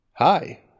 Hi